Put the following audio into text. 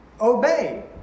obey